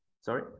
sorry